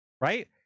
Right